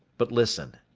but listen,